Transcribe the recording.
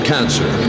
Cancer